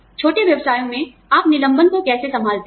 छोटे व्यवसायों में आप निलंबन को कैसे संभालते हैं